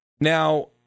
now